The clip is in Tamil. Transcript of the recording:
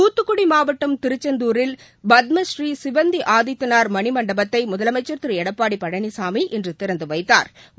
தூத்துக்குடி மாவட்டம் திருச்செந்தூரில் பத்மஸீ சிவந்தி ஆதித்தனார் மணிமண்டபத்தை முதலமைச்சா் திரு எடப்பாடி பழனிசாமி இன்று திறந்து வைத்தாா்